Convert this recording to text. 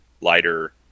lighter